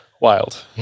Wild